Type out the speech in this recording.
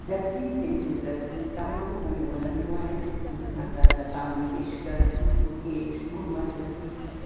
जगजीत सिंग जी गज़लियूं तमामु घणियूं वणंदियूं आहिनि हिन खां सवाइ लता मंगेश्कर मुकेश मोहम्मद रफ़ी